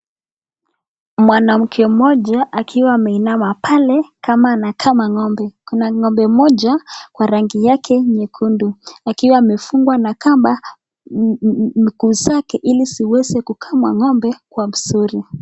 Mwanamke mmoja akiwa ameinama pale kama anakama ngo'mbe, kuna moja kwa rangi yake nyekundu akiwa amefungwa na kamba miguu zake hili ziweze kukamwa ngo'mbe mzuri.